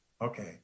Okay